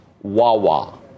Wawa